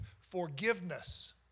forgiveness